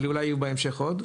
אבל יהיו בהמשך עוד.